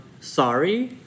sorry